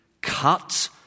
cut